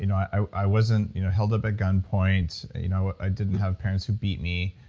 you know i i wasn't held up at gunpoint, you know i didn't have parents who beat me,